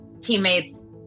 teammates